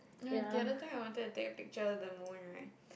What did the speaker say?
no the other thing I wanted to take a picture of the moon right